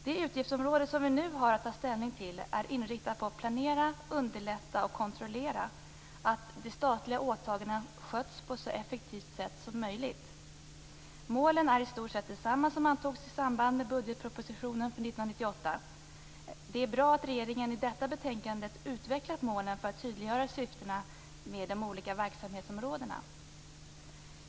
Det utgiftsområde som vi nu har att ta ställning till är inriktat på att planera, underlätta och kontrollera att de statliga åtagandena sköts på ett så effektivt sätt som möjligt. Målen är i stort sett desamma som antogs i samband med budgetpropositionen för 1998. Det är bra att regeringen i propositionen utvecklat målen för att tydliggöra syftena med de olika verksamhetsområdena.